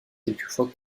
quelquefois